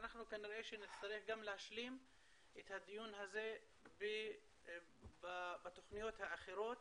כנראה שנצטרך להשלים גם את הדיון הזה בתוכניות האחרות